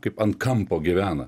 kaip ant kampo gyvena